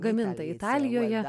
gaminta italijoje